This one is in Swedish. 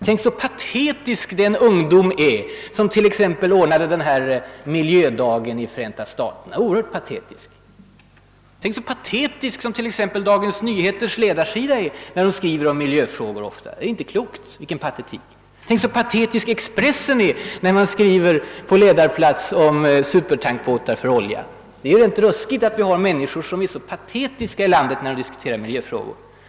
Tänk så patetisk den ungdom är som t.ex. ordnade miljödagen i Förenta staterna — oerhört patetisk! Tänk så patetisk t.ex. Dagens Nyheters ledarsida är när man ofta skriver om miljöfrågor där! Det är inte klokt vilken patetik! Och så patetisk Expressen verkar när man där på ledarplats skriver om supertankbåtar för olja! Det är ju rent ruskigt att vi här i landet har människor som är så patetiska när de diskuterar miljöfrågor.